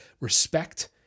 respect